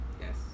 Yes